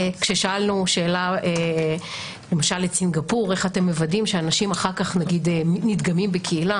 כששאלנו את סינגפור למשל איך אתם מוודאים שאנשים אחר כך נדגמים בקהילה